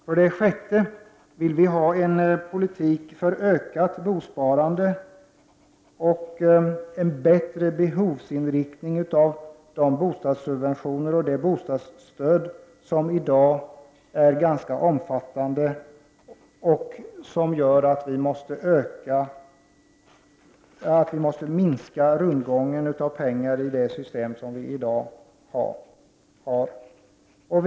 För det sjätte vill vi ha en politik för ökat bosparande och en bättre behovsinriktning för de bostadssubventioner och de bostadsstöd som i dag är ganska omfattande. Det gör att vi måste minska rundgången av pengar i det system som vi har i dag.